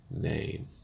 name